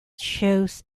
shows